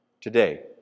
today